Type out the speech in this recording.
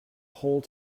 whole